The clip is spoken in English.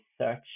search